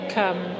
come